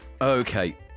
Okay